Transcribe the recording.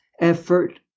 effort